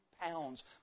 pounds